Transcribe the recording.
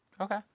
Okay